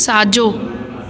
साजो